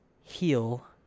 heal